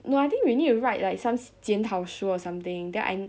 no I think we need to write like some 检讨书 or something then I